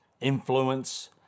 influence